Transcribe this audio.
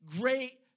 great